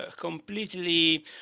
completely